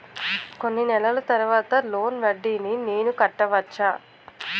కొన్ని నెలల తర్వాత లోన్ వడ్డీని నేను కట్టవచ్చా?